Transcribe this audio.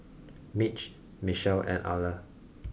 Mitch Michelle and Ala